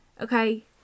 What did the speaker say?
Okay